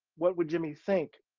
what would jimmy think.